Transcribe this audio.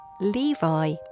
Levi